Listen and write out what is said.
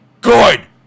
Good